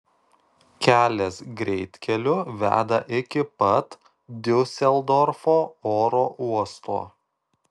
kelias greitkeliu veda iki pat diuseldorfo oro uosto